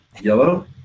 yellow